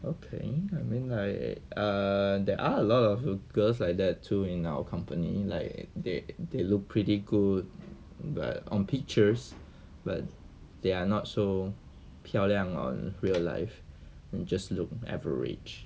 okay I mean like err there are a lot of girls like that too in our company like they they looked pretty good but on pictures but they are not so 漂亮 on real life just look average